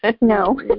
no